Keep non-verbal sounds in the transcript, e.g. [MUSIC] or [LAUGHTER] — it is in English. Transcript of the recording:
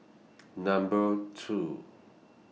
[NOISE] Number two